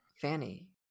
Fanny